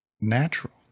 natural